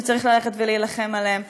שצריך ללכת ולהילחם עליהם.